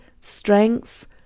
strengths